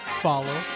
follow